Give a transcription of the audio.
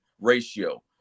ratio